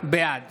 בעד